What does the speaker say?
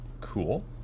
Cool